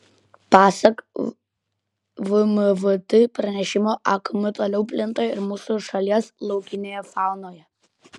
pasak vmvt pranešimo akm toliau plinta ir mūsų šalies laukinėje faunoje